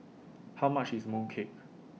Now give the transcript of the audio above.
How much IS Mooncake